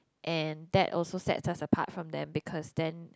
and that also sets us apart from them because then